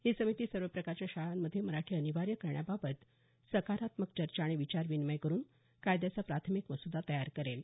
ही समिती सर्व प्रकारच्या शाळांमध्ये मराठी अनिवार्य करण्याबाबत सकारात्मक चर्चा आणि विचार विनियम करून कायद्याचा प्राथमिक मसूदा तयार करेल